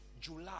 July